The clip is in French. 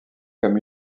comme